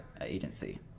Agency